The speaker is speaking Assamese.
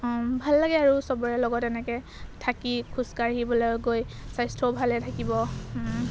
ভাল লাগে আৰু চবৰে লগত এনেকৈ থাকি খোজ কাঢ়িবলৈ গৈ স্বাস্থ্যও ভালে থাকিব